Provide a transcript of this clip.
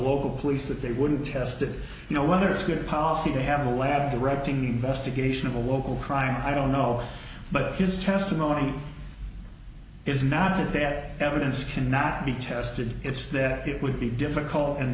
local police that they would have tested you know whether it's good policy they have a lab directing investigation of a local crime i don't know but his testimony is not it that evidence cannot be tested it's that it would be difficult and